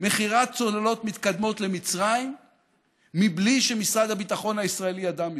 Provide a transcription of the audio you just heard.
מכירת צוללות מתקדמות למצרים בלי שמשרד הביטחון הישראלי ידע מזה.